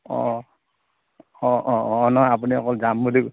অঁ অঁ অঁ অঁ নহয় আপুনি অকল যাম বুলি